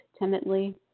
timidly